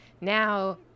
Now